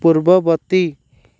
ପୂର୍ବବର୍ତ୍ତୀ